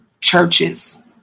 churches